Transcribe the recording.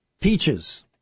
Peaches